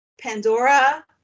Pandora